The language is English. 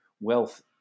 wealth